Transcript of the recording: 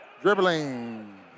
Dribbling